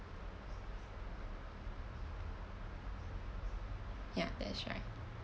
ya that's right